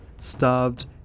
starved